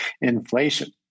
inflation